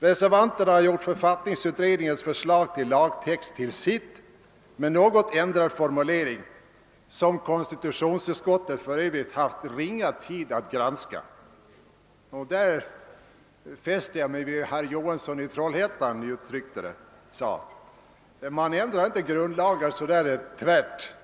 Reservanterna har gjort författningsutredningens lagförslag till sitt med en något ändrad formulering, vilken konstitutionsutskottet för övrigt haft ringa tid att granska. Jag fäste mig särskilt vid vad herr Johansson i Trollhättan sade härom: Man ändrar inte grundlagar så där tvärt.